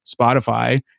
Spotify